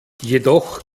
jedoch